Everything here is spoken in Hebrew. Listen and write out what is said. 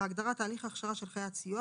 בהגדרה "תהליך הכשרה של חיית סיוע",